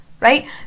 Right